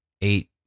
eight